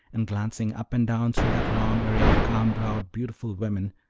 and glancing up and down through that long array of calm-browed, beautiful women,